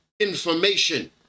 information